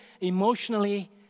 emotionally